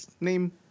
name